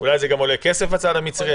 אולי זה גם עולה כסף בצד המצרי,